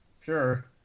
Sure